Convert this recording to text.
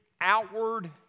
outward